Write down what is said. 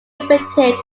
inflicted